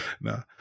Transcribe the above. No